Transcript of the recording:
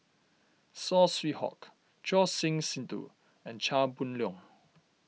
Saw Swee Hock Choor Singh Sidhu and Chia Boon Leong